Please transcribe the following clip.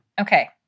Okay